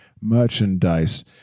merchandise